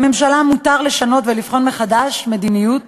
לממשלה מותר לבחון מחדש ולשנות מדיניות